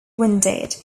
wounded